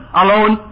alone